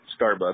Starbucks